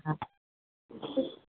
ஆ